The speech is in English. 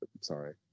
Sorry